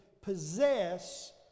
possess